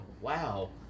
wow